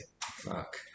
Fuck